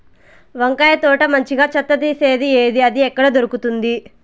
వంకాయ తోట మంచిగా చెత్త తీసేది ఏది? అది ఎక్కడ దొరుకుతుంది?